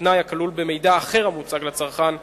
בתנאי הכלול במידע אחר המוצג לצרכן,